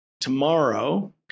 Tomorrow